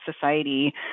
society